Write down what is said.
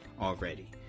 already